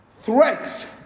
threats